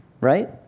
Right